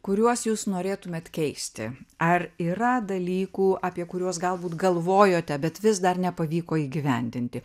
kuriuos jūs norėtumėt keisti ar yra dalykų apie kuriuos galbūt galvojote bet vis dar nepavyko įgyvendinti